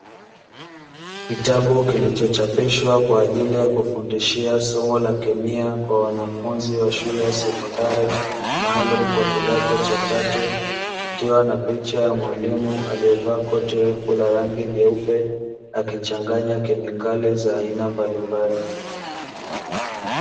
Kitabu kilichochapishwa kwa ajili ya kufundishia somo la kemia kwa wanafunzi wa shule ya sekondari maalumu kwa kidato cha tatu, kikiwa na picha ya mwalimu aliyevaa koti refu la rangi nyeupe akichanganya kemikali za aina mbalimbali.